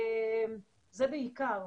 זה בעיקר.